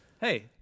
Hey